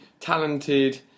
talented